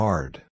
Hard